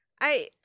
I-